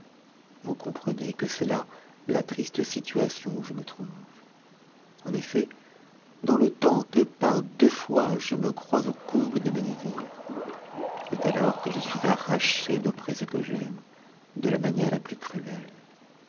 vous comprenez que c'est là la triste situation où je me trouve en effet dans le temps que par deux fois je me crois au comble de mes désirs c'est alors que je suis arraché d'auprès de ce que j'aime de la manière la plus cruelle